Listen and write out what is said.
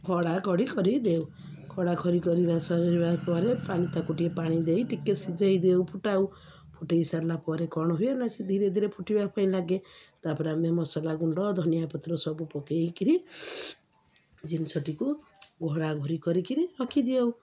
ଖଡ଼ା ଖଡ଼ି କରିଦେଉ ଖଡ଼ା ଖରି କରିବା ସରିବା ପରେ ପାଣି ତାକୁ ଟିକେ ପାଣି ଦେଇ ଟିକେ ସିଝେଇ ଦେଉ ଫୁଟାଉ ଫୁଟେଇ ସାରିଲା ପରେ କ'ଣ ହୁଏ ନା ସେ ଧୀରେ ଧୀରେ ଫୁଟିବା ପାଇଁ ଲାଗେ ତାପରେ ଆମେ ମସଲା ଗୁଣ୍ଡ ଧନିଆ ପତ୍ର ସବୁ ପକେଇକିରି ଜିନିଷଟିକୁ ଘୋଡ଼ାଘୋଡ଼ି କରିକିରି ରଖିଦେଉ